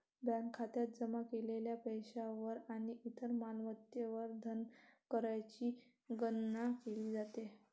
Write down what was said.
bank खात्यात जमा केलेल्या पैशावर आणि इतर मालमत्तांवर धनकरची गणना केली जाते